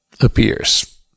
appears